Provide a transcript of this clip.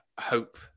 hope